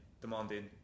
demanding